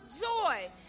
joy